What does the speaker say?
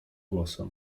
głosem